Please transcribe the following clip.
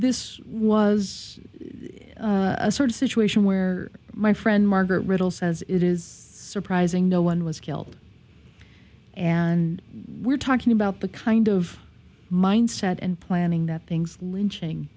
this was a sort of situation where my friend margaret riddle says it is surprising no one was killed and we're talking about the kind of mindset and planning that things lynching